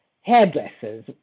hairdressers